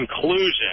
conclusion